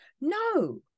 No